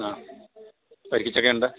ആ വരിക്ക ചക്ക ഉണ്ട്